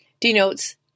denotes